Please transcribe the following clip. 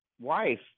wife